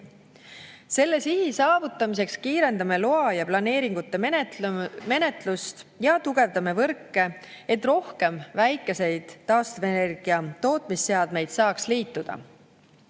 Selle sihi saavutamiseks kiirendame loa‑ ja planeeringute menetlust ja tugevdame võrke, et rohkem väikeseid taastuvenergiatootmise seadmeid saaks liituda.